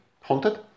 Haunted